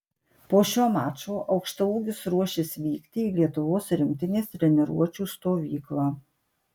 po šio mačo aukštaūgis ruošis vykti į lietuvos rinktinės treniruočių stovyklą